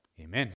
Amen